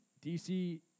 DC